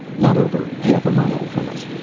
not over half a mile from us.